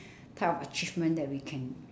type of achievement that we can